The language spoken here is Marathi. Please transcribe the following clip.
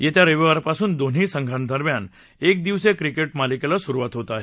येत्या रविवारपासून दोन्ही संघादरम्यान क्रिदिवसीय क्रिकेट मालिकेला सुरुवात होत आहे